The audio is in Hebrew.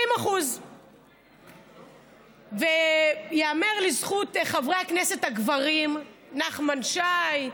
70%. וייאמר לזכות חברי הכנסת הגברים, נחמן שי,